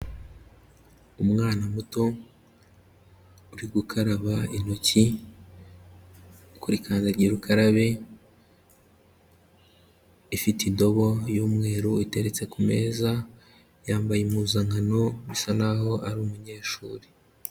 Umwana muto uri gukaraba intoki, kuri kandagira ukarabe ifite indobo y'umweru iteretse ku meza, yambaye impuzankano bisa n'aho ari umunyeshuri.